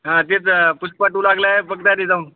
हां तेच पुष्पा टू लागलाय फक्त आधी जाऊन